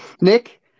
Nick